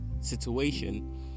situation